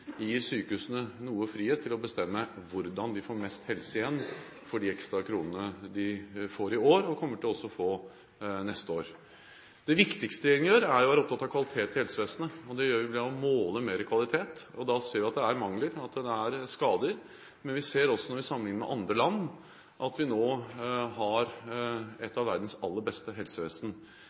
gir sykehusene noe frihet til å bestemme hvordan vi får mest helse igjen for de ekstra kronene de får i år, og også kommer til å få neste år. Det viktigste regjeringen gjør, er å være opptatt av kvaliteten i helsevesenet, og det gjør vi ved å måle mer kvalitet. Da ser vi at det er mangler, at det er skader. Men vi ser også, når vi sammenligner med andre land, at vi nå har et av verdens aller beste helsevesen.